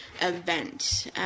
event